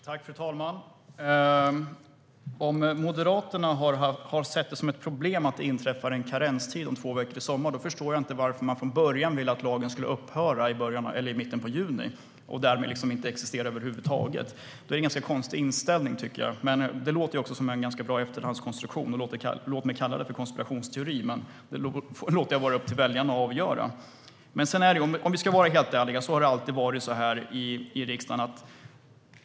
Fru talman! Om Moderaterna har sett det som ett problem att det inträffar en karenstid om två veckor i sommar förstår jag inte varför man från början ville att lagen skulle upphöra i mitten av juni och därmed inte existera över huvud taget. Det är en ganska konstig inställning, tycker jag. Men det låter också som en ganska bra efterhandskonstruktion. Låt mig kalla det en konspirationsteori, men det överlåter jag åt väljarna att avgöra. Om vi ska vara helt ärliga har det alltid varit så här i riksdagen.